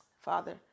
father